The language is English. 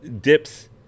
dips